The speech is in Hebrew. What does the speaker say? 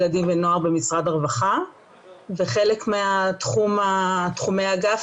ילדים ונוער במשרד הרווחה וחלק מתחומי האגף